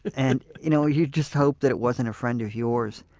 and you know you just hope that it wasn't a friend of yours